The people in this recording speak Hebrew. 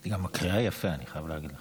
את גם מקריאה יפה, אני חייב להגיד לך.